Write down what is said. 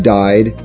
died